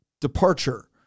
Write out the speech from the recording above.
departure